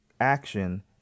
action